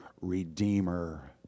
Redeemer